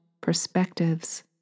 perspectives